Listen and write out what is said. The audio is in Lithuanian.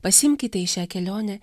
pasiimkite į šią kelionę